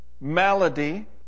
malady